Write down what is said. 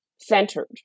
centered